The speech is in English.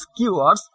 keywords